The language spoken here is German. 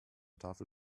tafel